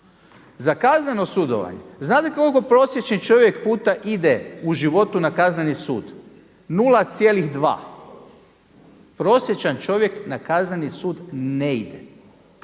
Za kazneno sudovanje, znadete koliko prosječni čovjek puta ide u životu na Kazneni sud? 0,2. Prosječan čovjek na Kazneni sud ne ide